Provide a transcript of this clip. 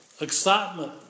excitement